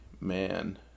man